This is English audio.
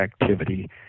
activity